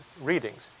readings